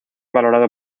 valorado